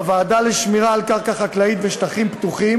בוועדה לשמירה על קרקע חקלאית בשטחים פתוחים